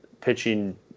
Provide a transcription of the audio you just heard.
pitching